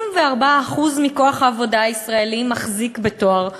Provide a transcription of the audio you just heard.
24% מכוח העבודה הישראלי מחזיקים בתואר כלשהו,